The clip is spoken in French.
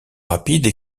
rapide